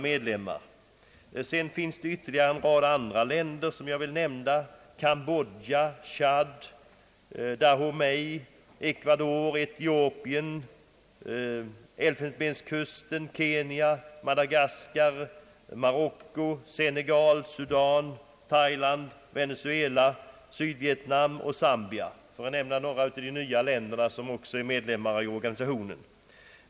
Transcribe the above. Sedan finns det ytterligare en rad andra länder som jag vill nämna: Kambodja, Tsad, Dahomey, Equador, Etiopien, Elfenbenskusten, Kenya, Madagaskar, Marocko, Senegal, Sudan, Thailand, Venezuela, Sydvietnam och Zambia.